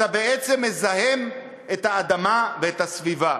אתה בעצם מזהם את האדמה ואת הסביבה.